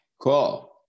Cool